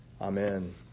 Amen